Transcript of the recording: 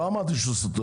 לא אמרתי שהוא סתום.